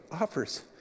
offers